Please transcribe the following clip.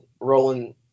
Roland